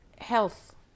health